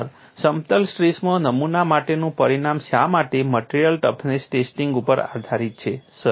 sir સમતલ સ્ટ્રેસમાં નમૂના માટેનું પરિમાણ શા માટે મટીરીયલ ટફનેસ ટેસ્ટિંગ ઉપર આધારિત છે સર